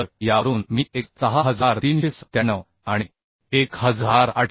तर यावरून मी x 6397 आणि 1803